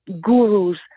gurus